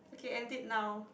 okay end it now